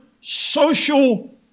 social